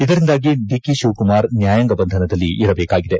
ಇದರಿಂದಾಗಿ ಡಿಕೆ ಶಿವಕುಮಾರ್ ನ್ಯಾಯಾಂಗ ಬಂಧನದಲ್ಲಿಯೇ ಇರಬೇಕಾಗಿದೆ